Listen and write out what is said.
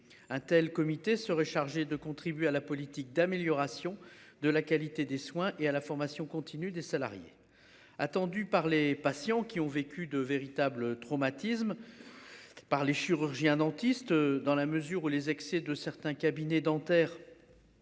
Un tel comité serait chargé de contribuer à la politique d'amélioration de la qualité des soins et à la formation continue des salariés. Attendu par les patients qui ont vécu de. Véritables. Par les chirurgiens dentistes dans la mesure où les excès de certains cabinets dentaires.